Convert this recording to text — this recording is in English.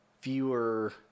fewer